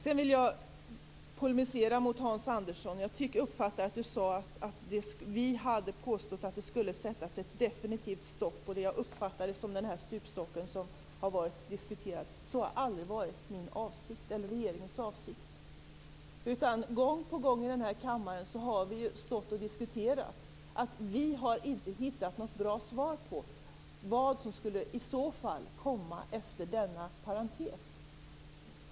Sedan vill jag polemisera mot Hans Andersson. Som jag uppfattade det sade han att vi hade påstått att det skulle sättas ett definitivt stopp, något som jag uppfattade som den stupstock som har diskuterats. Detta har aldrig varit min eller regeringens avsikt. Gång på gång i den här kammaren har vi stått och sagt att vi inte har hittat något bra svar på vad som i så fall skulle komma efter denna parentes.